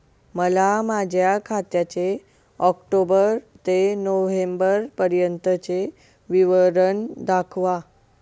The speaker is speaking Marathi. मला माझ्या खात्याचे ऑक्टोबर ते नोव्हेंबर पर्यंतचे विवरण दाखवा